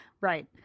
Right